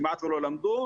כמעט ולא למדו.